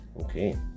Okay